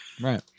Right